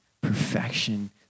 perfection